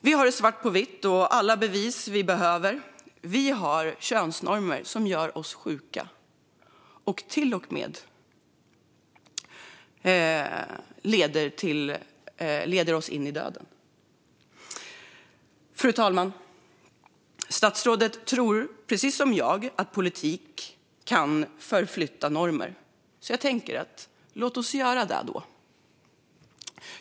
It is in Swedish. Vi har det svart på vitt och alla bevis vi behöver för att vi har könsnormer som gör oss sjuka och till och med leder oss in i döden. Fru talman! Statsrådet tror precis som jag att politiken kan förflytta normer, men låt oss göra det då!